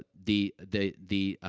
but the the the, ah,